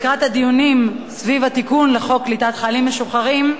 לקראת הדיונים סביב התיקון לחוק קליטת חיילים משוחררים,